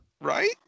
right